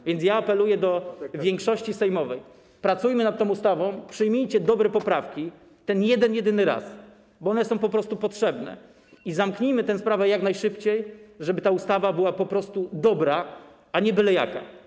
A więc ja apeluję do większości sejmowej: pracujmy nad tą ustawą, przyjmijcie dobre poprawki ten jeden, jedyny raz, bo one są po prostu potrzebne, i zamknijmy tę sprawę jak najszybciej, żeby ta ustawa była po prostu dobra, a nie byle jaka.